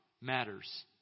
matters